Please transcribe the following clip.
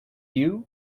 you